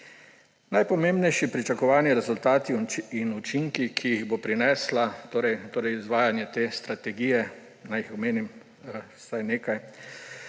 Najpomembnejši pričakovani rezultati in učinki, ki jih bo prineslo izvajanje te strategije. Naj jih omenim vsaj nekaj.